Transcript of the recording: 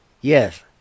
Yes